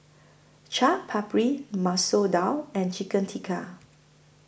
Chaat Papri Masoor Dal and Chicken Tikka